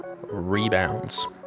rebounds